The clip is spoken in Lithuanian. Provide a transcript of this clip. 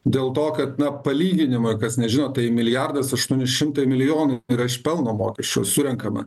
dėl to kad na palyginimui ar kas nežino tai milijardas aštuoni šimtai milijonų yra iš pelno mokesčio surenkama